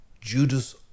Judas